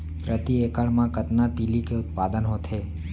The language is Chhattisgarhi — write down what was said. प्रति एकड़ मा कतना तिलि के उत्पादन होथे?